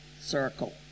circle